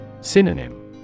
Synonym